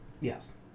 Yes